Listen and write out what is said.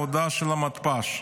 הודעה של מתפ"ש.